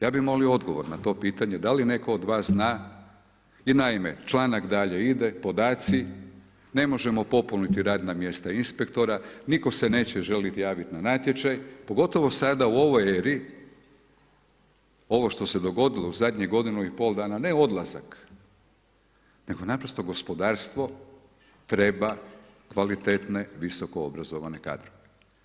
Ja bi molio odgovor na to pitanje da li netko od vas zna i naime, članak dalje ide, podaci, ne možemo popuniti radna mjesta inspektora, nitko se neće željeti javiti na natječaj, pogotovo sada u ovoj eri, ovo što se je dogodilo u zadnjih godinu i pol dana, ne odlazak, nego naprosto gospodarstvo treba kvalitetne visoko obrazovane kadrove.